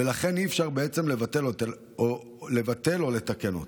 ולכן אי-אפשר בעצם לבטל או לתקן אותו".